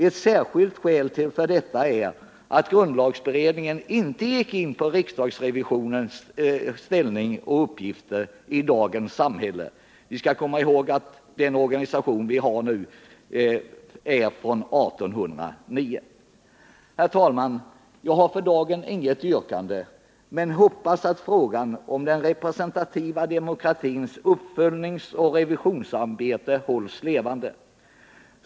Ett särskilt skäl för detta är att grundlagberedningen inte gick in på riksdagsrevisionens ställning och uppgifter i dagens samhälle. Vi skall komma ihåg att den organisation vi har nu är från 1809. Herr talman! Jag har för dagen inget yrkande, men jag hoppas att frågan om den representativa demokratins uppföljningsoch revisionsarbete hålls levande.